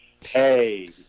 Hey